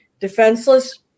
defenseless